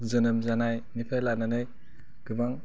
जोनोम जानायनिफ्राय लानानै गोबां